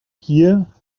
here